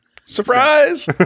Surprise